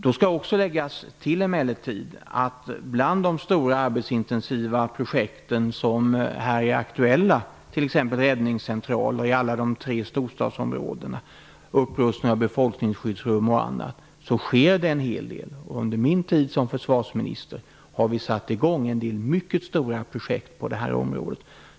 Det skall emellertid tilläggas att bland de stora arbetsintensiva projekt som är aktuella -- t.ex. räddningscentraler i de tre storstadsområdena, upprustning av befolkningsskyddsrum och an nat -- sker det en hel del. Under min tid som för svarsminister har vi satt i gång en del mycket stora projekt på det här området.